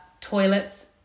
toilets